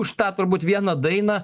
už tą turbūt vieną dainą